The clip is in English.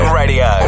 radio